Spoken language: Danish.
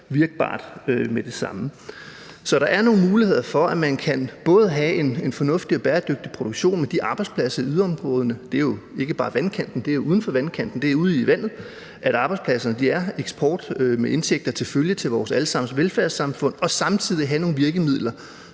virkbart, med det samme. Så der er nogle muligheder for, at man både kan have en fornuftig og bæredygtig produktion med de arbejdspladser i yderområderne – det er jo ikke bare vandkanten, det er uden for vandkanten, det er ude i vandet, at arbejdspladserne er – eksport med indtægter til følge for vores alle sammens velfærdssamfund og samtidig have nogle virkemidler,